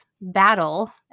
battle